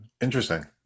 Interesting